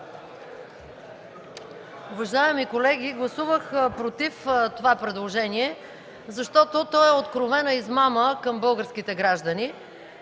Уважаеми колеги, гласувах против това предложение, защото то е откровена измама към българските граждани.